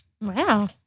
Wow